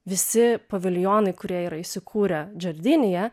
visi paviljonai kurie yra įsikūrę džordinyje